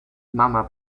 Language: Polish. mama